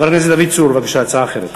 חבר הכנסת דוד צור, בבקשה, הצעה אחרת.